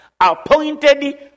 Appointed